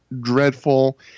dreadful